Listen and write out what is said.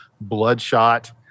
bloodshot